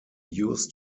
used